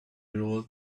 rolled